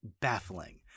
baffling